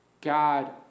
God